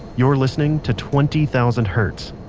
you're listening to twenty thousand hertz.